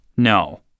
No